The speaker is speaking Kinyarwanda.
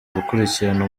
gukurikirana